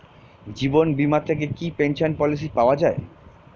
জীবন বীমা থেকে কি পেনশন পলিসি পাওয়া যায়?